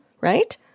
right